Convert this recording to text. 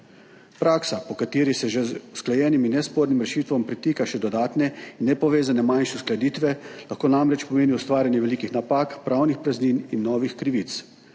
Praksa, po kateri se že z usklajenim in nespornim rešitvam pritika še dodatne in nepovezane manjše uskladitve, lahko namreč pomeni ustvarjanje velikih napak, pravnih praznin in novih krivic.